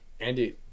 Andy